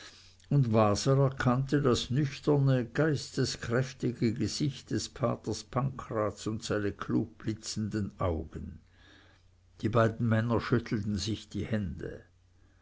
waser erkannte das nüchterne geisteskräftige gesicht des paters pancraz und seine klug blitzenden augen die beiden männer schüttelten sich die hände